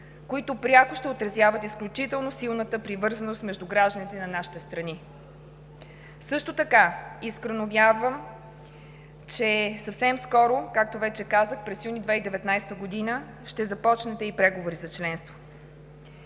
които пряко ще отразяват изключително силната привързаност между гражданите на нашите страни. Също така искрено вярвам, че съвсем скоро, както вече казах – през юни 2019 г., ще започнете и преговори за членство.